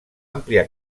àmplia